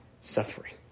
suffering